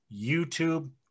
YouTube